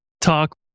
talk